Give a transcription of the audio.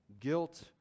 guilt